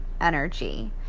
energy